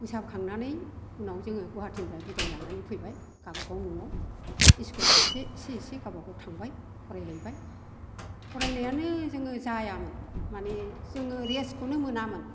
मोसाखांनानै उनाव जोङो गुवाहाटिनिफ्राय बिदाय लानानै फैबाय गावबा गाव न'आव इस्कुल फारसे एसे एसे गावबागाव थांबाय फरायलायबाय फरायनायानो जोङो जायामोन माने जोङो रेसखौनो मोनामोन